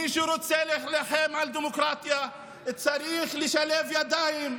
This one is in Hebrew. מי שרוצה להילחם על דמוקרטיה צריך לשלב ידיים,